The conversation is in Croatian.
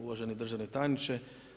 Uvaženi državni tajniče.